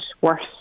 worse